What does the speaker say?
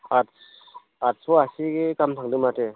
आठ आठस' आसि गाहाम थांदो माथो